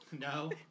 No